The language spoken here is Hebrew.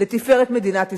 לתפארת מדינת ישראל.